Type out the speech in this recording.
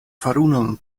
farunon